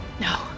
No